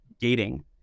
gating